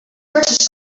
criticized